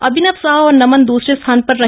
अभिनव साह और नमन द्रसरे स्थाम पर रहे